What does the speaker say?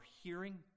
hearing